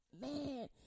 Man